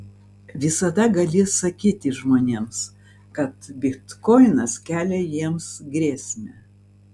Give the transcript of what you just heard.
visada gali sakyti žmonėms kad bitkoinas kelia jiems grėsmę